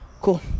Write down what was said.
Cool